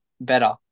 better